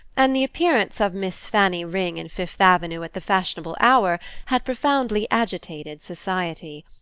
and the appearance of miss fanny ring in fifth avenue at the fashionable hour had profoundly agitated society.